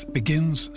begins